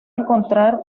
encontrar